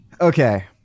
okay